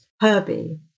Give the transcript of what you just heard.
Herbie